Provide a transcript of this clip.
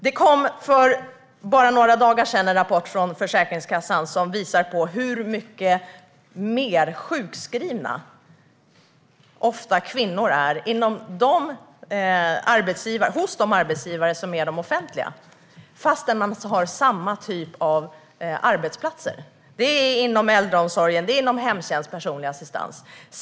Det kom för bara några dagar sedan en rapport från Försäkringskassan som visar på hur mycket mer sjukskrivna kvinnor ofta är hos de arbetsgivare som är offentliga fastän de har samma typ av arbetsplatser. Det är arbeten inom äldreomsorgen, hemtjänst och personlig assistans.